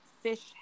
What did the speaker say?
fish